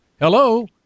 Hello